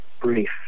brief